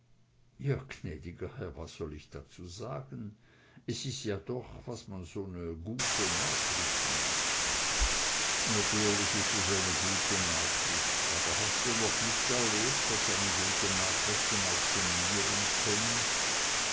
was soll ich dazu sagen es is ja doch was man so ne gute nachricht nennt natürlich is es ne gute nachricht aber hast du noch nicht erlebt daß einen gute nachrichten auch genieren können